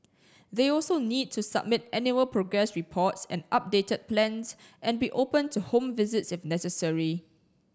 they also need to submit annual progress reports and updated plans and be open to home visits if necessary